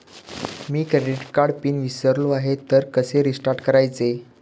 मी credit कार्डचा pin विसरलो आहे तर कसे रीसेट करायचे?